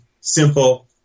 simple